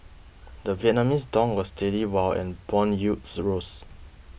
the Vietnamese dong was steady while and bond yields rose